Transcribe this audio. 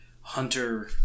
Hunter